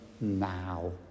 now